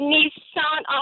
Nissan